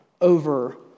over